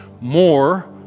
more